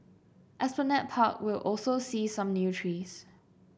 Esplanade Park will also see some new trees